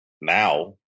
now